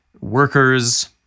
workers